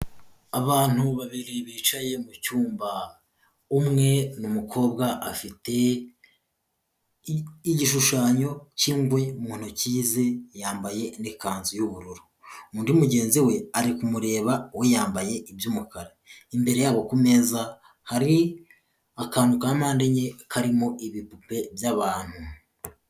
Abantu babiri bicaye mu cyumba, umwe ni umukobwa, afite igishushanyo k'ingwe mu ntoki ze, yambaye n'ikanzu y'ubururu, undi mugenzi we ari kumureba, we yambaye iby'umukara, imbere yabo ku meza hari akantu ka mpande enye karimo ibipupe by'abantu.